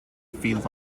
feed